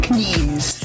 news